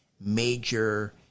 major